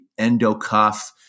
endocuff